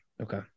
Okay